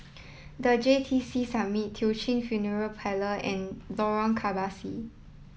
the J T C Summit Teochew Funeral Parlor and Lorong Kebasi